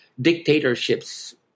dictatorships